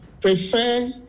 prefer